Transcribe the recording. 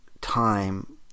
time